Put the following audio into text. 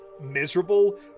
miserable